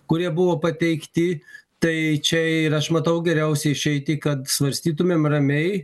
kurie buvo pateikti tai čia ir aš matau geriausią išeitį kad svarstytumėm ramiai